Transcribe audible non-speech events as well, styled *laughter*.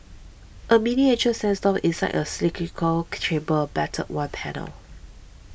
a miniature sandstorm inside a cylindrical *noise* chamber a battered one panel